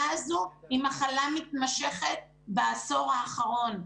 הזו היא מחלה מתמשכת בעשור האחרון.